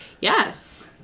Yes